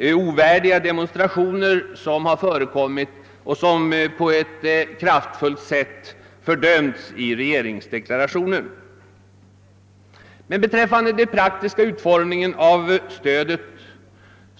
'ovärdiga demonstrationer, som har förekommit och som på ett kraftfullt sätt fördömts i regeringsdeklarationen. Beträffande den praktiska utformningen av stödet